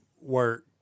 work